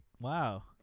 Wow